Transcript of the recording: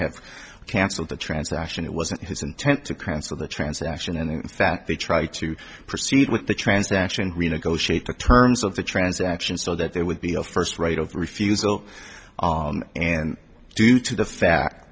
have cancelled the transaction it wasn't his intent to transfer the transaction and in fact they tried to proceed with the transaction renegotiate the terms of the transaction so that there would be a first right of refusal and due to the fact